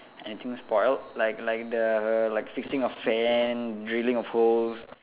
anything spoilt like like the like fixing a fan drilling of holes